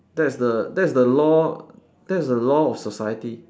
that's the that's the law that's the law of society